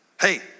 hey